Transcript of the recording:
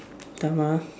Dharma